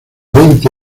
veinte